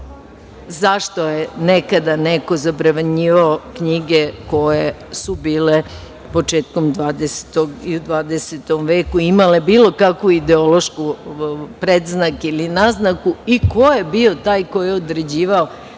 zašto je nekada neko zabranjivao knjige koje su bile početkom 20. i u 20. veku imale bilo kakvu ideološku predznak ili naznaku i ko je bio taj ko je određivao